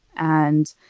and,